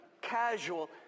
casual